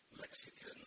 Mexican